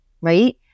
Right